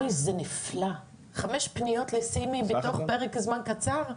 אוי, זה נפלא, חמש פניות לסימי בפרק זמן קצר?